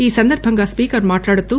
ఈసందర్బంగా స్పీకర్ మాట్లాడుతూ